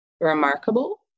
remarkable